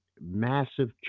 massive